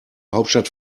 hauptstadt